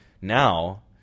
Now